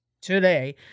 today